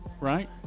right